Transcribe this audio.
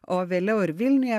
o vėliau ir vilniuje